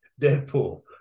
Deadpool